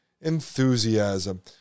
enthusiasm